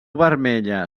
vermella